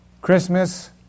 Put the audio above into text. Christmas